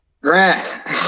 grant